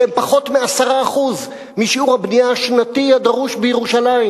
שהם פחות מ-10% משיעור הבנייה השנתי הדרוש בירושלים.